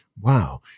Wow